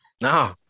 No